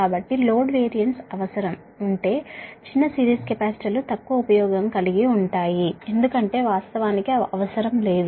కాబట్టి load VAR అవసరం ఉంటే చిన్న సిరీస్ కెపాసిటర్లు తక్కువ ఉపయోగం కలిగివుంటాయి ఎందుకంటే వాస్తవానికి అవసరం లేదు